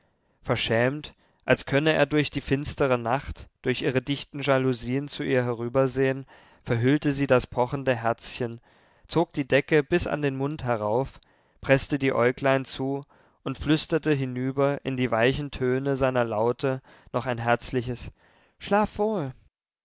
verschämt als könne er durch die finstere nacht durch ihre dichten jalousien zu ihr herübersehen verhüllte sie das pochende herzchen zog die decke bis an den mund herauf preßte die äuglein zu und flüsterte hinüber in die weichen töne seiner laute noch ein herzliches schlaf wohl